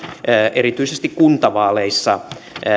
erityisesti kuntavaaleissa